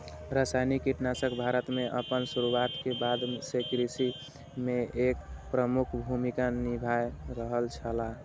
रासायनिक कीटनाशक भारत में आपन शुरुआत के बाद से कृषि में एक प्रमुख भूमिका निभाय रहल छला